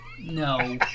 No